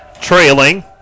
trailing